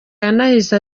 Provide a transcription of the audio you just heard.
yanahise